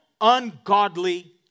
ungodly